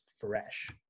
fresh